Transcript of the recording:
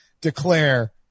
declare